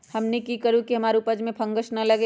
हमनी की करू की हमार उपज में फंगस ना लगे?